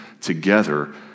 together